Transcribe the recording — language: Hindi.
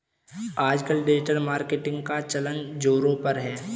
आजकल डिजिटल मार्केटिंग का चलन ज़ोरों पर है